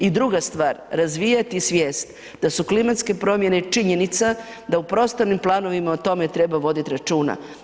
I druga stvar, razvijati svijest da su klimatske promjene činjenica, da u prostornim planovima o tome treba voditi računa.